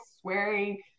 swearing